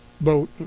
boat